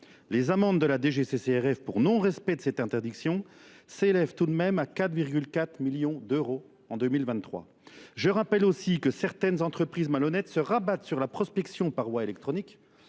Les amendes de la DGCCRF pour non-respect de cette interdiction s'élèvent tout de même à 4,4 millions d'euros en 2023. Je rappelle aussi que certaines entreprises malhonnêtes se rabattent sur la prospection par voie électronique